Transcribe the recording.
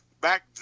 back